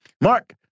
Mark